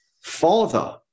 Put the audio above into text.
father